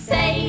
Say